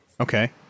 okay